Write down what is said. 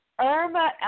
Irma